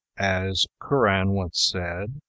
as curran once said,